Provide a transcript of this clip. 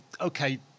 Okay